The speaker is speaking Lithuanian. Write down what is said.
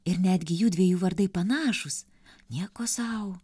ir netgi jųdviejų vardai panašūs nieko sau